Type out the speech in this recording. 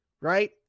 right